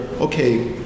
okay